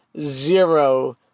zero